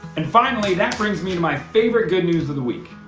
and finally that brings me to my favorite good news of the week.